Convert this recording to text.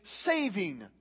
saving